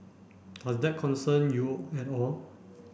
does that concern you at all